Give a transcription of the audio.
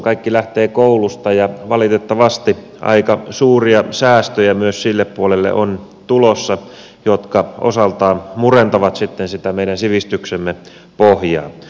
kaikki lähtee koulusta ja valitettavasti myös sille puolelle on tulossa aika suuria säästöjä jotka osaltaan murentavat sitten sitä meidän sivistyksemme pohjaa